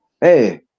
Hey